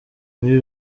muri